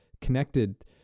connected